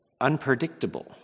unpredictable